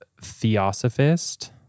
theosophist